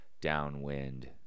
downwind